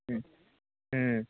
ହୁଁ ହୁଁ